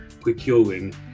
procuring